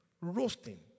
roasting